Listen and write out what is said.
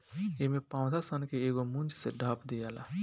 एमे पौधा सन के एगो मूंज से ढाप दियाला